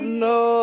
no